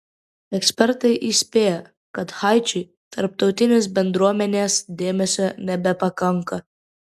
ekspertai įspėja kad haičiui tarptautinės bendruomenės dėmesio nebepakanka